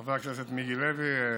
חבר הכנסת מיקי לוי,